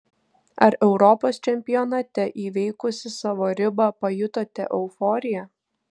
ar europos čempionate įveikusi savo ribą pajutote euforiją